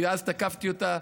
כי אז תקפתי אותה,